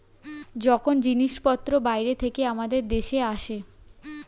যখন জিনিসপত্র বাইরে থেকে আমাদের দেশে আসে